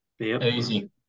Easy